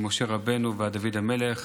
ממשה רבנו ועד דוד המלך,